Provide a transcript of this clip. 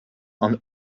and